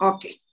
Okay